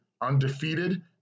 undefeated